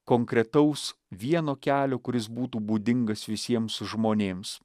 konkretaus vieno kelio kuris būtų būdingas visiems žmonėms